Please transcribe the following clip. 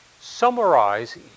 summarize